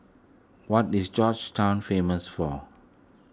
what is Georgetown famous for